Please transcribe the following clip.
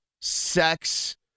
sex